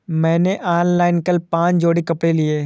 मैंने ऑनलाइन कल पांच जोड़ी कपड़े लिए